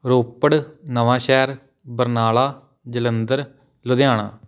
Ropar Nawanshahr Barnala Jalandhar Ludhiana